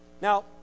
Now